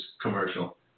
commercial